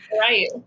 right